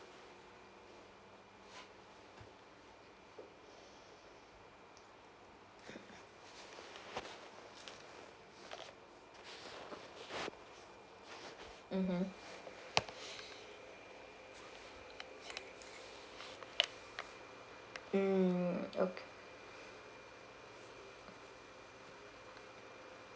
mmhmm mm okay